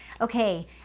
okay